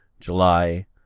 July